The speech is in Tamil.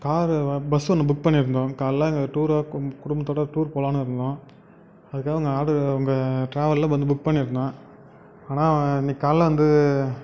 காரு வ பஸ் ஒன்று புக் பண்ணியிருந்தோம் காலையில் அங்கே டூரோ கும் குடும்பத்தோடு டூர் போகலானு இருந்தோம் அதுக்காக உங்கள் ஆர்டரு உங்கள் ட்ராவலில் வந்து புக் பண்ணியிருந்தோம் ஆனால் இன்றைக்கு காலையில் வந்து